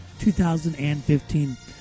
2015